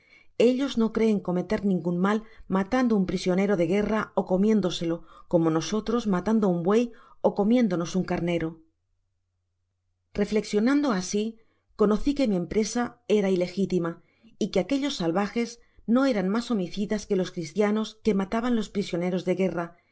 ellos no creen cometer ningun mal matando un prisionero de guerra y comiéndoselo como nosotros matando un buey ó comiéndonos un carnero reflexionando asi conoci que mi empresa era ilegitima y que aquellos salvajes no eran mas homicidas que los cristianos que matabanlos prisioneros de guerra